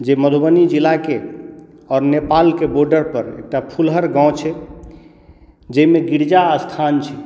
जे मधुबनी जिलाके आओर नेपालके बोर्डरपर एकटा फुलहर गाँव छै जाहिमे गिरिजा स्थान छै